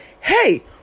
hey